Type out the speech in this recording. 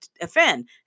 offend